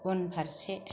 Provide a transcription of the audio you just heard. उनफारसे